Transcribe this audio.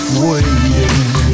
waiting